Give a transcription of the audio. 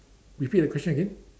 repeat the question again